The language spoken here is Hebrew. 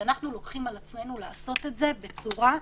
שאנחנו לוקחים על עצמנו לעשות את זה בצורה מצומצמת.